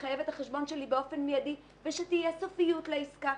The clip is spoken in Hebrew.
לחייב את החשבון שלי באופן מיידי ושתהיה סופיות לעסקה.